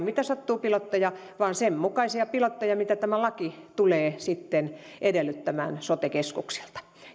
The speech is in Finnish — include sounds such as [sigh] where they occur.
[unintelligible] mitä sattuu pilotteja vaan sen mukaisia pilotteja mitä tämä laki tulee sitten edellyttämään sote keskuksilta